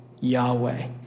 Yahweh